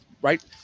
Right